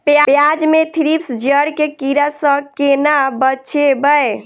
प्याज मे थ्रिप्स जड़ केँ कीड़ा सँ केना बचेबै?